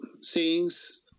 sings